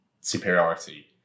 superiority